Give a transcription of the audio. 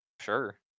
Sure